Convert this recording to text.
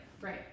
right